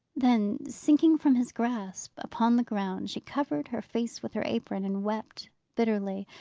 then, sinking from his grasp upon the ground, she covered her face with her apron, and wept bitterly.